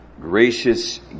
gracious